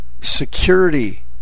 security